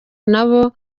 nabo